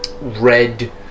red